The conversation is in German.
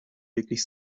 wirklich